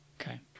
okay